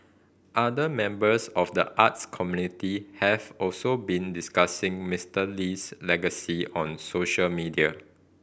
other members of the arts community have also been discussing Mister Lee's legacy on social media